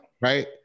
right